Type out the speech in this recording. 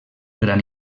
gran